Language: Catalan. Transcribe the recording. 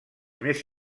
més